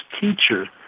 teacher